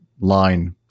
line